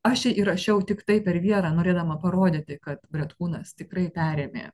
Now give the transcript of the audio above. aš čia įrašiau tiktai per vieną norėdama parodyti kad bretkūnas tikrai perėmė